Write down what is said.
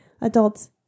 adults